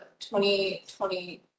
2020